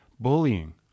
bullying